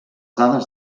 dades